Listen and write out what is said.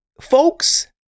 folks